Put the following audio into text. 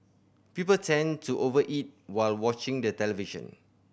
people tend to over eat while watching the television